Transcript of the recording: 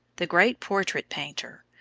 the great portrait-painter,